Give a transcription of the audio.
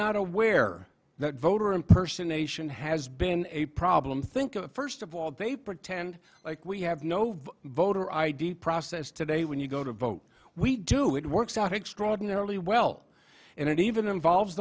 not aware that voter in person ation has been a problem think of first of all they pretend like we have no voter id process today when you go to vote we do it works out extraordinarily well and it even involves